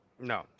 No